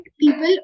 people